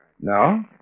No